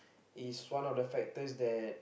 is one of the factors that